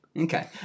Okay